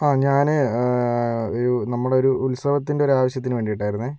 ഹാ ഞാന് ഒരു നമ്മടൊരു ഉത്സവത്തിന്ടെ ഒരു ആവശ്യത്തിനു വേണ്ടിയിട്ടായിരുന്നെ